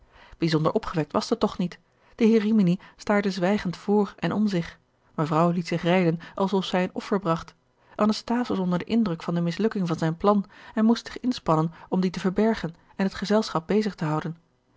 bijzonder opgewekt was de tocht niet de heer rimini staarde zwijgend vr en om zich mevrouw liet zich rijden alsof zij een offer bracht anasthase was onder den indruk van de mislukking van zijn plan en moest zich inspannen om dien te verbergen en het gezelschap bezig te houden